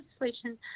legislation